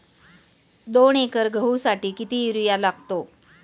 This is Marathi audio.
दोन एकर गहूसाठी किती युरिया लागतो?